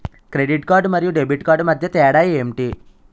Credit card మరియు debit card మధ్య తేడా ఎంటి?